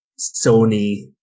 Sony